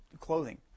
clothing